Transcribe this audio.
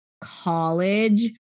college